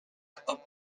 obtinrent